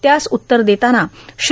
त्यास उत्तर देताना श्री